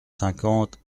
cinquante